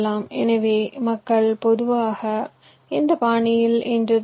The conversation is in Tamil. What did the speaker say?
எனவே மக்கள் பொதுவாக இந்த பாணியில் இன்று தங்கள் வி